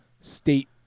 state